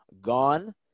gone